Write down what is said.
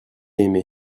aimé